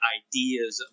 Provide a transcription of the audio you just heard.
ideas